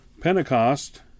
Pentecost